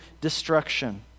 destruction